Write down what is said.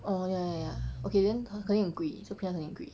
orh ya ya ya okay then 肯定很贵这个 printer 肯定很贵